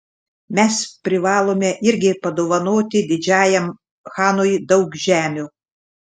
mes privalome irgi padovanoti didžiajam chanui daug žemių